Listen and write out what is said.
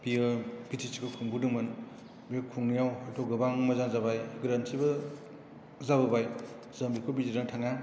बेयो बिटिसिखौ खुंबोदोंमोन बे खुंनायआव हयथ' गोबां मोजां जाबाय गोरोन्थिबो जाबोबाय जों बिखौ बिजिरनो थाङा